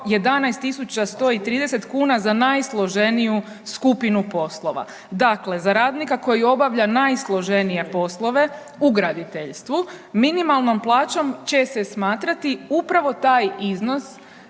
11.130 kuna za najsloženiju skupinu poslova. Dakle, za radnika koji obavlja najsloženije poslove u graditeljstvu minimalnom plaćom će se smatrati upravo taj iznos